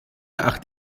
acht